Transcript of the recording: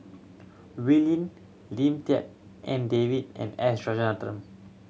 Wee Lin Lim Tik En David and S